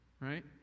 right